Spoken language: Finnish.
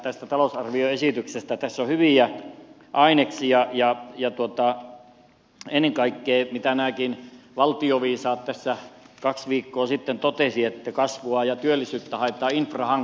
tässä on hyviä aineksia ja ennen kaikkea kuten nämä valtioviisaatkin tässä kaksi viikkoa sitten totesivat kasvua ja työllisyyttä haetaan infrahankkeilla